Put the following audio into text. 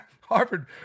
Harvard